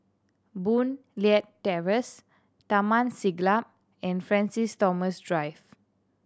Boon Leat Terrace Taman Siglap and Francis Thomas Drive